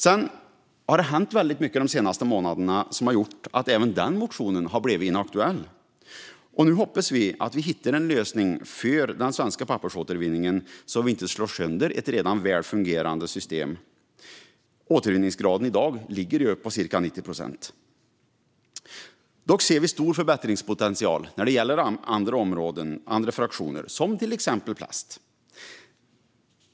Sedan har det hänt väldigt mycket de senaste månaderna som har gjort att även den motionen har blivit inaktuell. Nu hoppas vi att vi hittar en lösning för den svenska pappersåtervinningen så att vi inte slår sönder ett redan väl fungerande system. Återvinningsgraden i dag ligger på ca 90 procent. Dock ser vi stor förbättringspotential när det gäller andra fraktioner som till exempel plast.